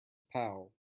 pal